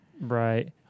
Right